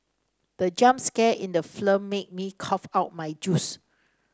the jump scare in the made me cough out my juice